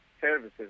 services